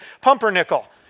pumpernickel